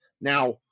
Now